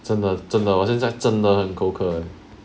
真的真的我现在真的很口渴 leh